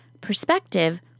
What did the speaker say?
perspective